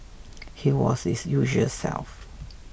he was his usual self